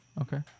Okay